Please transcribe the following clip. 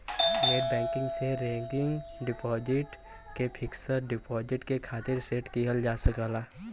net banking से recurring deposit क fixed deposit के खातिर सेट किहल जा सकला